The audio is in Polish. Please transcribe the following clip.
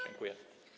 Dziękuję.